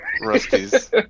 Rusty's